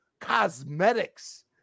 cosmetics